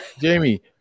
Jamie